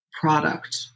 product